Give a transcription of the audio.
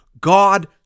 God